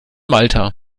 malta